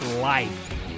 life